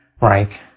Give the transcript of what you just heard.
right